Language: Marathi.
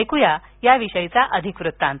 ऐकूया याविषयीचा अधिक वृत्तान्त